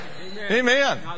Amen